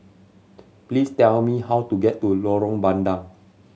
please tell me how to get to Lorong Bandang